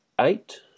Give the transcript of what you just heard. eight